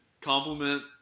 compliment